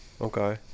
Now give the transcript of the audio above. okay